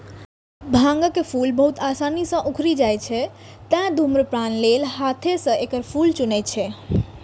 भांगक फूल बहुत आसानी सं उखड़ि जाइ छै, तें धुम्रपान लेल हाथें सं एकर फूल चुनै छै